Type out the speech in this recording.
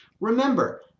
Remember